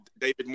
David